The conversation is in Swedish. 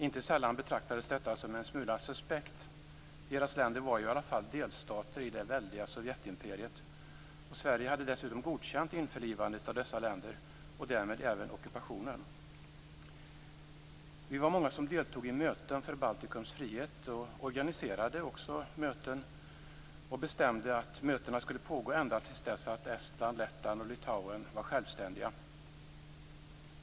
Inte sällan betraktades detta som en smula suspekt. Deras länder var ju i alla fall delstater i det väldiga Sovjetimperiet, och Sverige hade dessutom godkänt införlivandet av dessa länder och därmed även ockupationen. Vi var många som deltog i möten för Baltikums frihet. Vi organiserade möten och bestämde att de skulle pågå ända till dess att Estland, Lettland och Litauen var självständiga.